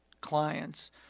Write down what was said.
clients